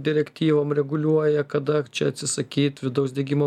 direktyvom reguliuoja kada čia atsisakyt vidaus degimo